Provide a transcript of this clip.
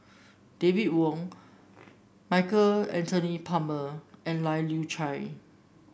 David Wong Michael Anthony Palmer and Lai Kew Chai